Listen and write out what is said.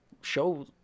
show